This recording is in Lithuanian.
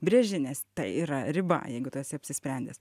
brėži nes tai yra riba jeigu tu esi apsisprendęs